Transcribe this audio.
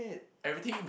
everything